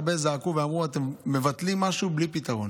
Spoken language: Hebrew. הרבה אנשים זעקו ואמרו: אתם מבטלים משהו בלי פתרון.